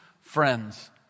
friends